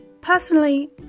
Personally